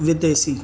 with AC